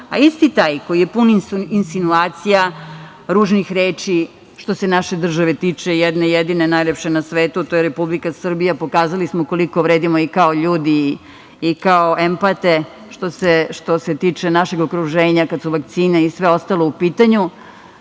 zna. Isti taj koji je pun insinuacija, ružnih reči što se naše države tiče, jedne jedine, najlepše na svetu, a to je Republika Srbija, pokazali smo koliko vredimo i kao ljudi i kao empate što se tiče našeg okruženja, kada su vakcine i sve ostalo u pitanju,